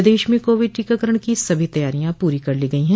प्रदेश में कोविड टीकारण की सभी तैयारियां पूरी कर ली गई हैं